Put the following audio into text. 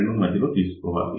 2 మధ్యలో తీసుకోవాలి